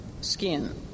skin